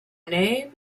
name